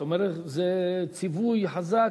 זאת אומרת, זה ציווי חזק,